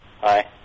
Hi